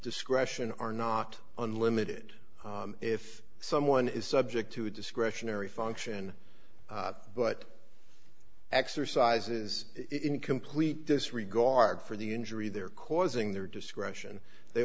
discretion are not unlimited if someone is subject to a discretionary function but exercises in complete disregard for the injury they're causing their discretion they